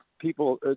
people